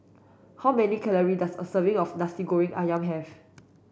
how many calories does a serving of Nasi Goreng Ayam have